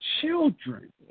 children